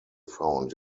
found